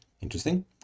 Interesting